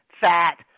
fat